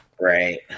Right